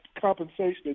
compensation